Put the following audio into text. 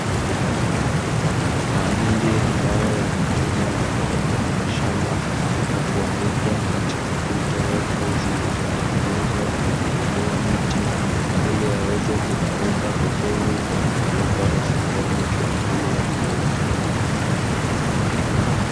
Mahindi ambayo yamechomwa kutoka kwenye mashamba na kuandikwa katika fito refu zilizotengenezwa kwa kutumia miti, ili yaweze kukauka vizuri na kupelekwa masokoni kwa ajili ya kuuzwa.